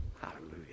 Hallelujah